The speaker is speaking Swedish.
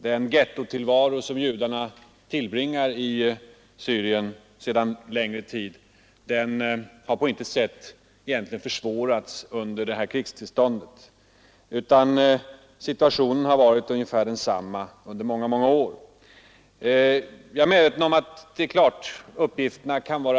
Den gettotillvaro som judarna i Syrien sedan — lång tid lever i har inte försvårats under krigstillståndet, utan situationen = Å”8. sammansätthar varit ungefär densamma under många år. ningen av kommit Jag är medveten om att uppgifterna kan gå isär.